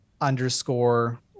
underscore